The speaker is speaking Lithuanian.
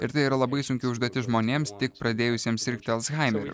ir tai yra labai sunki užduotis žmonėms tik pradėjusiems sirgti alzhaimeriu